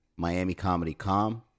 MiamiComedyCom